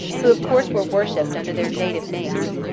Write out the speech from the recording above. who of course were worshipped under their native names.